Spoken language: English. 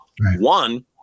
One